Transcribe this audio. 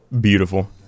Beautiful